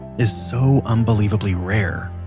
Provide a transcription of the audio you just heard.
is so unbelievably rare,